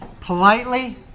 politely